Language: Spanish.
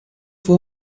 fue